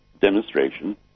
demonstration